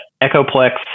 echoplex